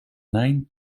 nine